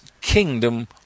kingdom